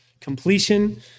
completion